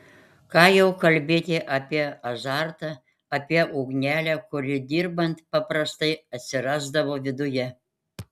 ką jau kalbėti apie azartą apie ugnelę kuri dirbant paprastai atsirasdavo viduje